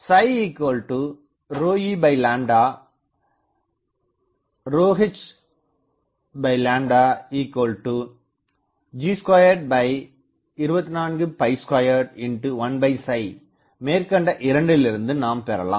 e hG22421 மேற்கண்ட இரண்டிலிருந்து நாம் பெறலாம்